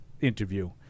interview